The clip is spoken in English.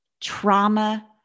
trauma